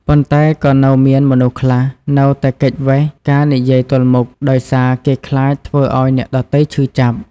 ប៉ុន្តែក៏នៅមានមនុស្សខ្លះនៅតែគេចវេសការនិយាយទល់មុខ ដោយសារគេខ្លាចធ្វើឱ្យអ្នកដទៃឈឺចាប់។